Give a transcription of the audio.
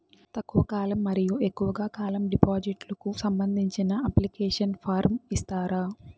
తక్కువ కాలం మరియు ఎక్కువగా కాలం డిపాజిట్లు కు సంబంధించిన అప్లికేషన్ ఫార్మ్ ఇస్తారా?